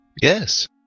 Yes